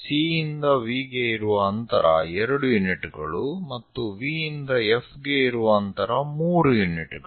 C ಯಿಂದ V ಗೆ ಇರುವ ಅಂತರ 2 ಯೂನಿಟ್ ಗಳು ಮತ್ತು V ಯಿಂದ F ಗೆ ಇರುವ ಅಂತರ 3 ಯೂನಿಟ್ ಗಳು